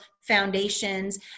foundations